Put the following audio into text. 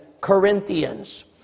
Corinthians